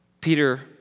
Peter